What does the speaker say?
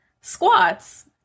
squats